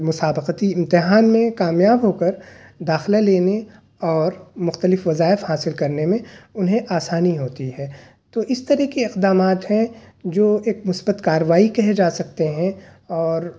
مسابقتی امتحان میں کامیاب ہو کر داخلہ لینے اور مختلف وظائف حاصل کرنے میں انہیں آسانی ہوتی ہے تو اِس طرح کے اقدامات ہیں جو ایک مثبت کاروائی کہے جا سکتے ہیں اور